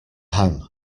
ham